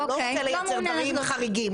הוא לא רוצה לייצר דברים חריגים,